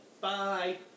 Bye